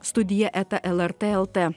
studija eta lrt lt